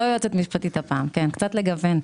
לא יועצת משפטית הפעם, קצת לגוון,